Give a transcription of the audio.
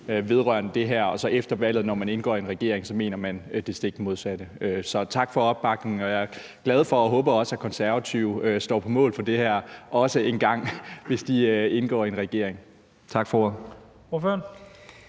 vedrørende det her, og så efter valget, når man indgår i en regering, mener det stik modsatte. Så tak for opbakningen, og jeg er glad for og håber også, at Konservative står på mål for det her, også hvis I engang indgår i en regering. Tak for